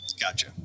Gotcha